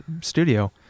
studio